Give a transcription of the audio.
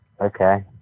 Okay